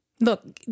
Look